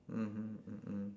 mmhmm mm mm